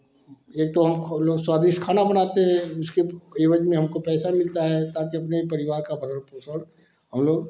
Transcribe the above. एक तो हम लोग स्वादिष्ट खाना बनाते हैं उसके एवज में हमको पैसा मिलता है ताकि अपने परिवार का भरण पोषण हम लोग